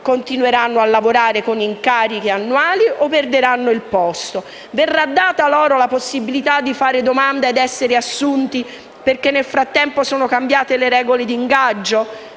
Continueranno a lavorare con incarichi annuali o perderanno il posto? Verrà data loro la possibilità di fare domanda ed essere assunti perché nel frattempo sono cambiate le regole di ingaggio?